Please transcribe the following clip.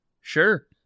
Sure